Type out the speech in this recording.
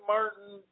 Martin